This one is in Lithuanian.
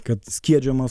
kad skiedžiamas